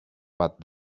but